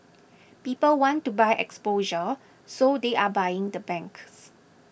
people want to buy exposure so they're buying the banks